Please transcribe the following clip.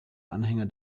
anhänger